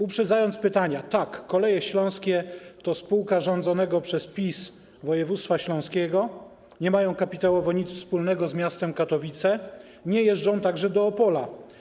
Uprzedzając pytania, tak, Koleje Śląskie to spółka rządzonego przez PiS województwa śląskiego, nie mają kapitałowo nic wspólnego z miastem Katowice, nie jeżdżą także do Opola.